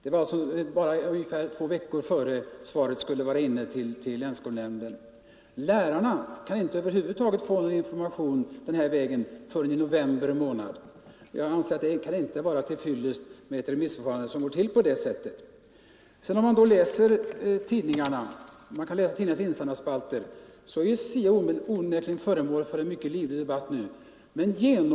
Det var ungefär två veckor före den tid = lingen av SIA:s punkt då svaret skulle vara inne hos länsskolnämnden. Lärarna kan över = betänkande huvud taget inte få någon information den här vägen förrän i november = Skolans arbetsmiljö, månad. Jag anser inte att det kan vara till fyllest med ett remissförfarande — m.m. som går till på det sättet. Om man läser tidningarnas insändarspalter finner man att SIA onekligen är föremål för en mycket livlig debatt.